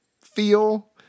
feel